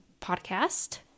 podcast